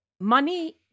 money